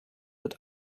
wird